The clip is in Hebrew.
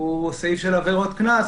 סעיף של עבירות קנס,